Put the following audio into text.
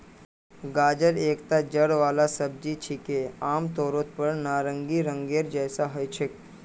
गाजर एकता जड़ वाला सब्जी छिके, आमतौरेर पर नारंगी रंगेर जैसा ह छेक